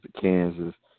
Kansas